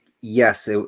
Yes